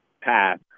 path